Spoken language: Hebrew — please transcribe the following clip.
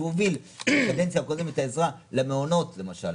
הוביל בקדנציה הקודמת את העזרה למעונות למשל,